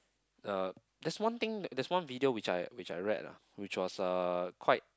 uh that's one thing that's one video which I which I read lah which was uh quite